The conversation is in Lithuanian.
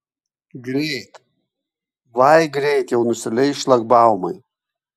greit vai greit jau nusileis šlagbaumai